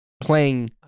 playing